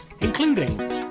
including